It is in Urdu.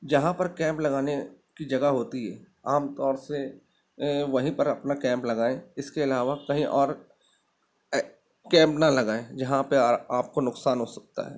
جہاں پر کیمپ لگانے کی جگہ ہوتی ہے عام طور سے وہیں پر اپنا کیمپ لگائیں اس کے علاوہ کہیں اور کیمپ نہ لگائیں جہاں پہ آپ کو نقصان ہو سکتا ہے